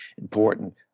important